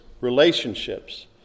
relationships